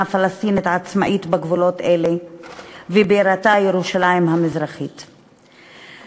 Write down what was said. פלסטינית עצמאית שבירתה ירושלים המזרחית בגבולות האלה.